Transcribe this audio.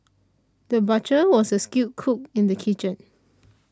the butcher was also a skilled cook in the kitchen